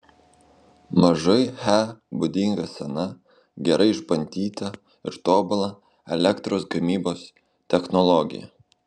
mažai he būdinga sena gerai išbandyta ir tobula elektros gamybos technologija